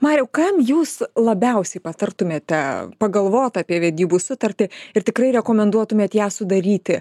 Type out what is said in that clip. mariau kam jūs labiausiai patartumėte pagalvot apie vedybų sutartį ir tikrai rekomenduotumėt ją sudaryti